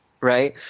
right